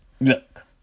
Look